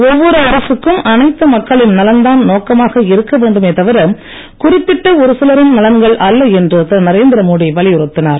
ஒவ்வொரு அரசுக்கும் அனைத்து மக்களின் நலன்தான் நோக்கமாக இருக்க வேண்டுமெ தவிர குறிப்பிட்ட ஒருசிலரின் நலன்கள் அல்ல என்று திரு நரேந்திர மோடி வலியுறுத்தினார்